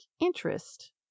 interest